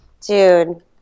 Dude